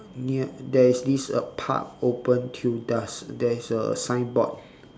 near there is this uh park open till dusk there is a signboard